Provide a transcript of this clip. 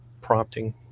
prompting